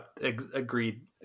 agreed